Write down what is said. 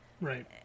right